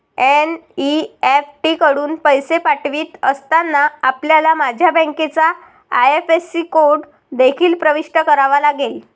NEFT कडून पैसे पाठवित असताना, आपल्याला माझ्या बँकेचा आई.एफ.एस.सी कोड देखील प्रविष्ट करावा लागेल